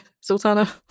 Sultana